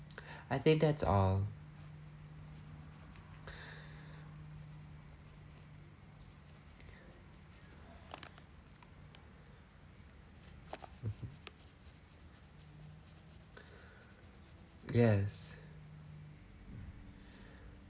I think that's all yes